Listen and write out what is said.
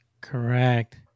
correct